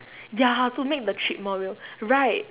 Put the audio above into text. ya to make the trip more real right